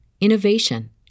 innovation